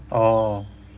oh